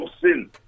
sin